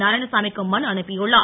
நாராயணசாமி க்கும் மனு அனுப்பியுள்ளார்